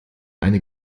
eine